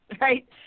right